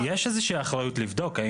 יש איזושהי אחריות לבדוק.